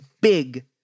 big